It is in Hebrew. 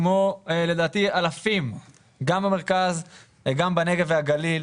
כמו לדעתי אלפים כמוני גם במרכז וגם בנגב והגליל.